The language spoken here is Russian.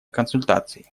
консультаций